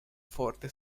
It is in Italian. forte